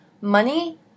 Money